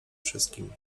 wszystkim